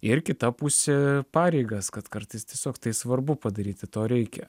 ir kita pusė pareigas kad kartais tiesiog tai svarbu padaryti to reikia